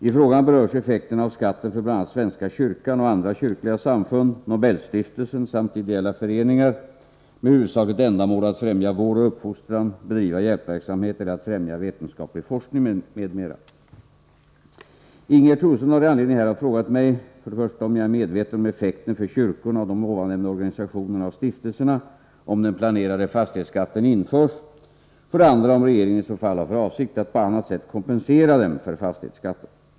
I frågan berörs effekterna av skatten för bl.a. svenska kyrkan och andra kyrkliga samfund, Nobelstiftelsen samt ideella föreningar, som har till huvudsakligt ändamål att främja vård och uppfostran, bedriva hjälpverksamhet eller att främja vetenskaplig forskning, m.fl. Ingegerd Troedsson har i anledning härav frågat mig 1. om jag är medveten om effekterna för kyrkorna och de ovannämnda organisationerna och stiftelserna, om den planerade fastighetsskatten införs, 2. om regeringen i så fall har för avsikt att på annat sätt kompensera dem för fastighetsskatten.